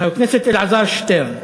חבר הכנסת אלעזר שטרן,